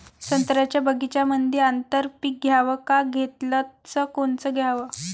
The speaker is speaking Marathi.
संत्र्याच्या बगीच्यामंदी आंतर पीक घ्याव का घेतलं च कोनचं घ्याव?